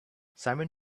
simon